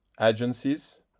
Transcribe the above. agencies